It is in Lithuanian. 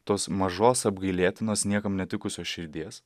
tos mažos apgailėtinos niekam netikusios širdies